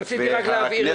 רציתי רק להבהיר את זה.